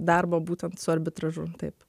darbo būtent su arbitražu taip